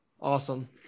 Awesome